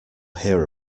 hear